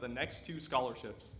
the next two scholarships